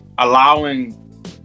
Allowing